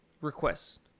request